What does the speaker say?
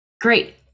Great